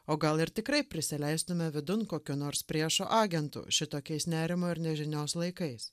o gal ir tikrai prisileistume vidun kokio nors priešo agentų šitokiais nerimo ir nežinios laikais